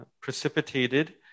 precipitated